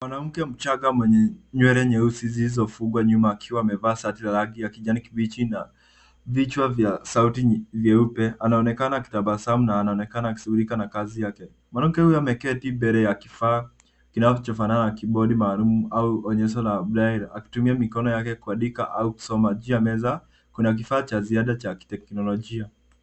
Mwanamke mchanga mwenye nywele nyeusi zilizofungwa nyuma akiwa amevaa shati la rangi ya kijani kibichi, na vichwa vya sauti vyeupe, anaonekana akitabasamu, na anaonekana akishughulika na kazi yake. Mwanamke huyu ameketi mbele ya kifaa, kinachofanana na kibodi maalum au la pnyesho la dial , akitumia mikono yake kuandika, au kusoma. Juu ya meza, kuna kifaa cha ziada cha kiteknolojia.